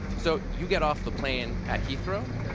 so you get off the plane at heathrow,